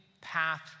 path